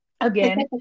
again